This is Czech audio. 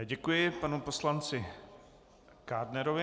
Děkuji panu poslanci Kádnerovi.